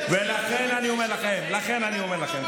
לכן אני אומר לכם,